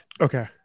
Okay